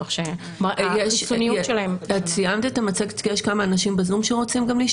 כך שהחיסוניות שלהם --- יש לך עוד משהו?